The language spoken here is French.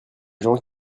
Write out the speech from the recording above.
gens